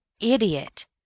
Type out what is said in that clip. idiot